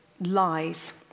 lies